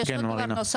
יש עוד דבר נוסף,